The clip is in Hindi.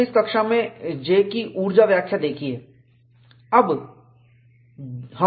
हमने इस वर्ग में J की ऊर्जा व्याख्या देखी है